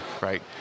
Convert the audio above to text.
right